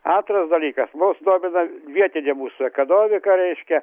antras dalykas mus domina vietinė mūsų ekanomika reiškia